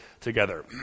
together